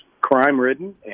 crime-ridden